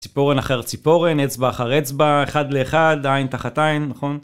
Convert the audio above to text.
ציפורן אחר ציפורן, אצבע אחר אצבע, אחד לאחד, עין תחת עין, נכון?